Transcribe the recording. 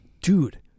Dude